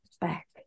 back